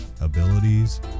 abilities